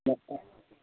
ମକା